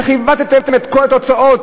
איך עיוותם את כל התוצאות,